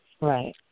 Right